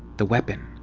the weapon,